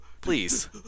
please